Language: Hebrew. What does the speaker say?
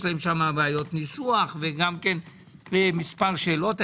יש להם שם בעיות ניסוח וגם מספר שאלות.